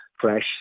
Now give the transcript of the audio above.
fresh